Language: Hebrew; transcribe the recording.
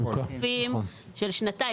של שנתיים,